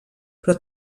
però